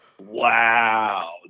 Wow